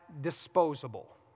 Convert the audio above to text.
disposable